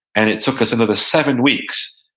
and it took us another seven weeks.